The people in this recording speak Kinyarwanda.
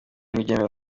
ntibyemewe